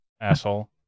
Asshole